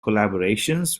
collaborations